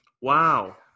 Wow